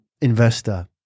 investor